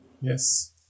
Yes